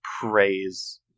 praise